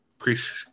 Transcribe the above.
appreciate